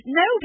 no